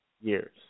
years